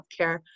healthcare